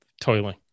toiling